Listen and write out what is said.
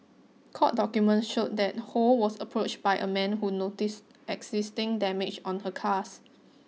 court document showed that Ho was approached by a man who noticed existing damages on her cars